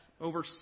over